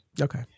Okay